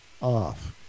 off